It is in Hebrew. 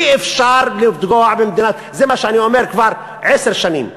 אי-אפשר לפגוע, וזה מה שאני אומר כבר עשר שנים,